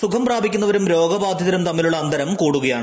സുഖം പ്രാപിക്കുന്നവരും രോഗബാധിതരും തമ്മിലുള്ള അന്തരം കൂടുകയാണ്